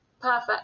perfect